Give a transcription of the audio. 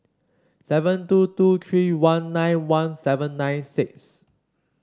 seven two two three one nine one seven nine six